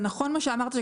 זה נכון מה שאמרת,